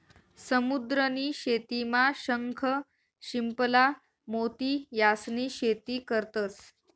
समुद्र नी शेतीमा शंख, शिंपला, मोती यास्नी शेती करतंस